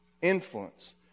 influence